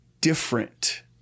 different